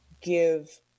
give